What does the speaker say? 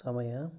ಸಮಯ